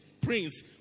prince